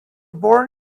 born